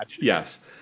Yes